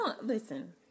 Listen